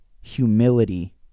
humility